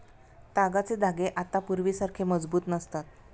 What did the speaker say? तागाचे धागे आता पूर्वीसारखे मजबूत नसतात